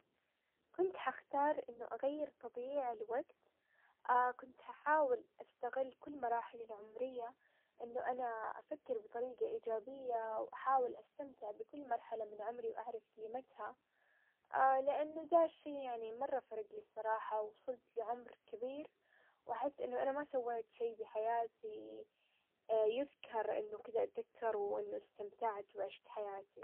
كنت حختار انه اغير تضييع الوقت، كنت ححاول استغل كل مراحلي العمرية، انه انا افكر بطريقة ايجابية واحاول استمتع بكل مرحلة من عمري واعرف قيمتها، لانه دا الشي يعني مرة فرق الصراحة، وصلت لعمر كبير واحس انه انا ما سويت شيء بحياتي يذكر انه كذا اتذكر وانه استمتعت وعشت حياتي.